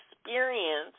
experience